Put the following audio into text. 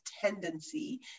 tendency